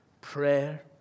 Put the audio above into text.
prayer